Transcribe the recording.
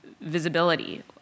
visibility